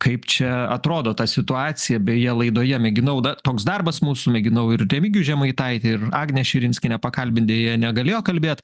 kaip čia atrodo ta situacija beje laidoje mėginau da toks darbas mūsų mėginau ir remigijų žemaitaitį ir agnę širinskienę pakalbint deja negalėjo kalbėt